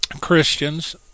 Christians